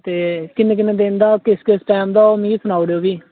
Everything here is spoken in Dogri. ते किन्ने किन्ने दिन दा ते किस किस टैम दा होग मिगी सनाई ओड़ेओ फ्ही